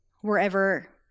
wherever